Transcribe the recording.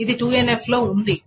ఇది 2NF లో ఉంది